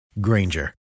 Granger